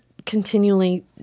continually